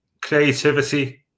creativity